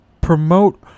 promote